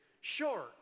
short